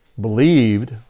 believed